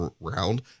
round